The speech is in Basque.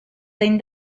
zein